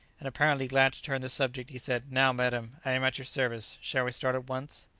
and apparently glad to turn the subject, he said, now, madam, i am at your service shall we start at once?